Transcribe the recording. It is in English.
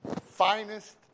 finest